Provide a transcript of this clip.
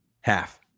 half